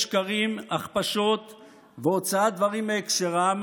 כולל שקרים, הכפשות והוצאת דברים מהקשרם,